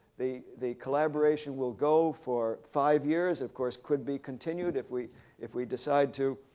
the the collaboration will go for five years. of course, could be continued if we if we decide to,